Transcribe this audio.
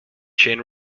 chain